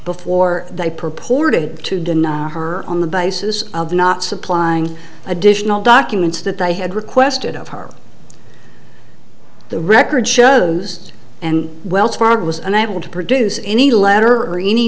before they purported to deny her on the basis of not supplying additional documents that they had requested of her the record shows and wells fargo was unable to produce any letter or any